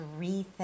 rethink